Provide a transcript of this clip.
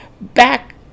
back